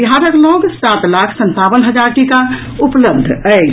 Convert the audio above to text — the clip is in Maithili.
बिहारक लऽग सात लाख संतावन हजार टीका उपलब्ध अछि